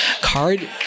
Card